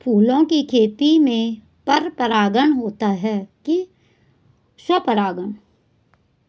फूलों की खेती में पर परागण होता है कि स्वपरागण?